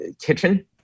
Kitchen